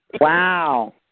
Wow